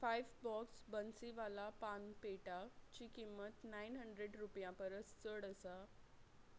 five box बन्सीवाला पानपेटाची किंमत नायन हंड्रेड रुपयां परस चड आसा